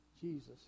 Jesus